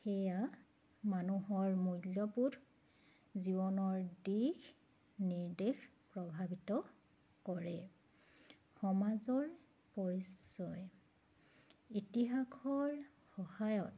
সেয়া মানুহৰ মূল্যবোধ জীৱনৰ দিশ নিৰ্দেশ প্ৰভাৱিত কৰে সমাজৰ পৰিচয় ইতিহাসৰ সহায়ত